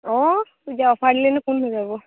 অঁ এতিয়া অ'ফাৰ দিলে নো কোন নো নেযাব